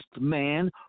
man